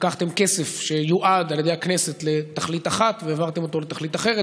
לקחתם כסף שיועד על ידי הכנסת לתכלית אחת והעברתם אותו לתכלית אחרת,